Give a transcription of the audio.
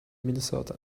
minnesota